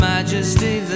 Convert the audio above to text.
Majesty